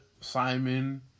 Simon